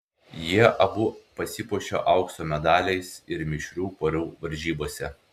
jie abu pasipuošė aukso medaliais ir mišrių porų varžybose